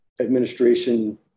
administration